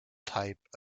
type